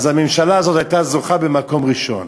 הממשלה הזאת הייתה זוכה במקום ראשון.